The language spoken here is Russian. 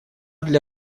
для